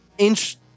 inch